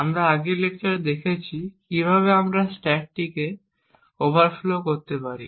আমরা আগের লেকচারে দেখেছি কিভাবে আমরা স্ট্যাককে ওভারফ্লো করতে পারি